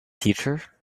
teacher